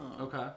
Okay